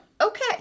okay